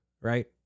Right